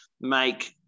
make